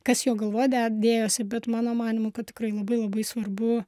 kas jo galvoje dėjosi bet mano manymu kad tikrai labai labai svarbu